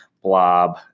blob